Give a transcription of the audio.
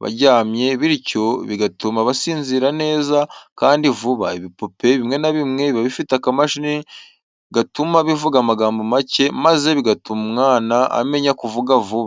baryamye bityo bigatuma basinzira neza kandi vuba, ibipupe bimwe na bimwe biba bifite akamashini gatuma bivuga amagambo make maze bigatuma umwana amenya kuvuga vuba.